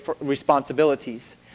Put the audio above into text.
responsibilities